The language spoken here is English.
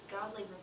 Godly